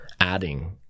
adding